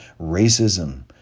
racism